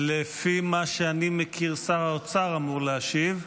לפי מה שאני מכיר, שר האוצר אמור להשיב.